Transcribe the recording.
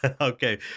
Okay